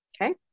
okay